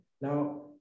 now